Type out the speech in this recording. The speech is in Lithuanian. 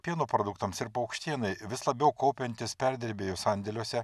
pieno produktams ir paukštienai vis labiau kaupiantis perdirbėjų sandėliuose